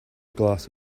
glass